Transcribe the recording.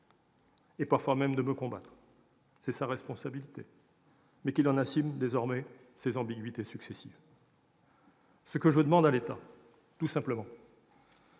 parfois même de me combattre. C'est sa responsabilité, mais qu'il assume désormais ses ambiguïtés successives. Ce que je demande à l'État, tout simplement,